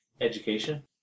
education